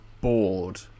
bored